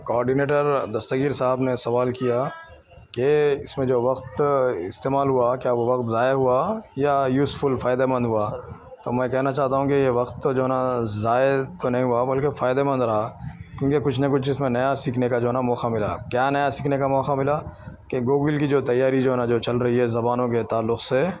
coordinator Dastagir صاحب نے سوال کیا کہ اس میں جو وقت استعمال ہوا کیا وہ وقت ضائع ہوا یا یوزفل فائدہ مند ہوا تو میں کہنا چاہتا ہوں کہ یہ وقت جو ہے نا ضائع تو نہیں ہوا بلکہ فائدہ مند رہا کیونکہ کچھ نہ کچھ اس میں نیا سیکھنے کا جو ہے نا موقع ملا کیا نیا سیکھنے کا موقع ملا کہ گوگل کی جو تیاری جو ہے نا جو چل رہی ہے زبانوں کے تعلق سے